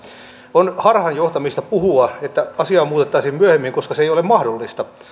on harhaanjohtamista puhua että asiaa muutettaisiin myöhemmin koska se ei ole mahdollista